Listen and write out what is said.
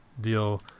deal